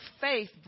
faith